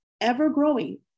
ever-growing